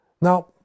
Now